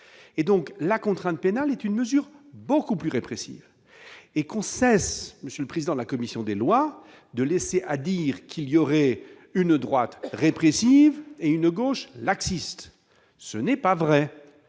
La contrainte pénale est une mesure beaucoup plus répressive. Que l'on cesse donc, monsieur le président de la commission des lois, de laisser accroire qu'il y aurait une droite répressive et une gauche laxiste. Ce n'est pas vrai